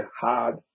hard